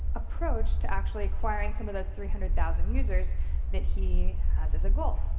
approach to actually acquiring some of those three hundred thousand users that he has as a goal.